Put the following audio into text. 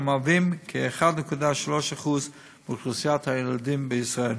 המהווים כ-1.3% מאוכלוסיית הילדים בישראל.